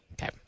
Okay